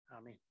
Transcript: amen